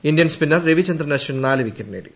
Indian spinner Ravichandran Ashwin നാല് wicket നേടി